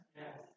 yes